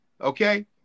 Okay